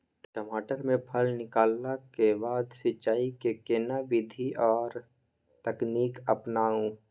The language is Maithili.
टमाटर में फल निकलला के बाद सिंचाई के केना विधी आर तकनीक अपनाऊ?